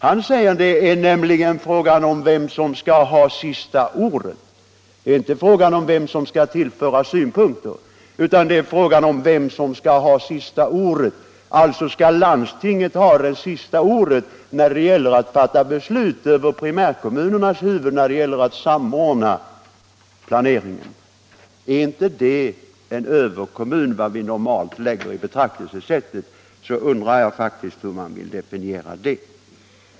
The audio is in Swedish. Han säger nämligen att det är fråga om vem som skall ha sista ordet — inte vem som skall tillföra synpunkter, utan vem som skall ha sista ordet. Alltså skall landstinget ha sista ordet när det gäller att fatta beslut över primärkommunernas huvuden för att samordna planeringen. Är inte detta en överkommun enligt normalt betraktelsesätt, så undrar jag faktiskt hur man vill definiera det begreppet.